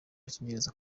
agakingirizo